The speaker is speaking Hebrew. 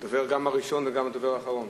הדובר הראשון וגם האחרון.